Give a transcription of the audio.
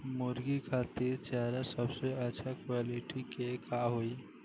मुर्गी खातिर चारा सबसे अच्छा क्वालिटी के का होई?